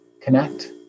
connect